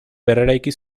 berreraiki